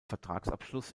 vertragsabschluss